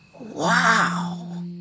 wow